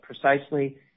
precisely